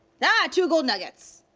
ah, two gold nuggets!